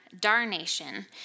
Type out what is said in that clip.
darnation